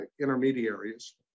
intermediaries